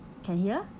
can hear